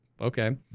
okay